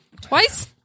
Twice